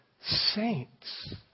saints